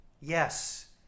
Yes